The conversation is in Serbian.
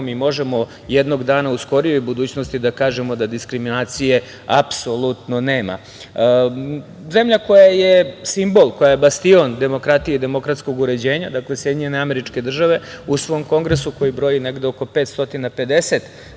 i možemo jednog dana, u skorijoj budućnosti, da kažemo da diskriminacije, apsolutno nema. Zemlja koja je simbol, koja je bastion demokratije i demokratskog uređenja, dakle, SAD u svom kongresu koji broji oko 550